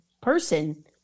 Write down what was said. person